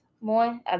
more